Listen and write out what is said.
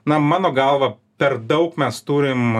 na mano galva per daug mes turim